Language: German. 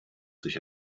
sich